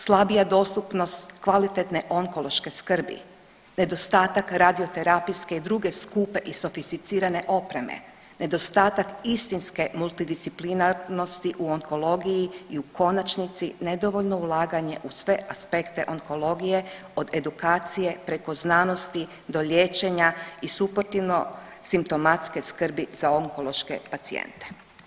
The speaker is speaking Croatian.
Slabija dostupnost kvalitetne onkološke skrbi, nedostatak radioterapijske i druge skupe i sofisticirane opreme, nedostatak istinske multidisciplinarnosti u onkologiji i u konačnici nedovoljno ulaganje u sve aspekte onkologije od edukacije preko znanosti do liječenja i suportivno simptomatske skrbi za onkološke pacijente.